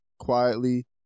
quietly